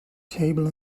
table